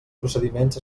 procediments